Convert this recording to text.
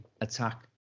attack